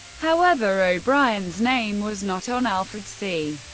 however, o'brien's name was not on alfred c.